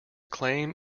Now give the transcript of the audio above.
claim